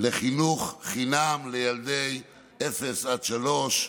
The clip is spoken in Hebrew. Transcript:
לחינוך חינם לילדי אפס עד שלוש.